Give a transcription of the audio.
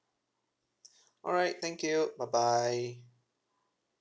all right thank you bye bye